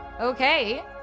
okay